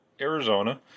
Arizona